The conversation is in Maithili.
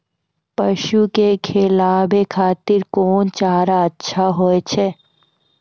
पसु के खिलाबै खातिर कोन चारा अच्छा होय छै?